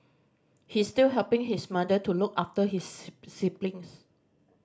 he is still helping his mother to look after his siblings